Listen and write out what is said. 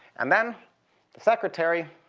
and then the secretary,